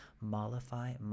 Mollify